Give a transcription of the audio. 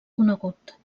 conegut